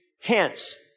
Hence